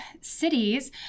cities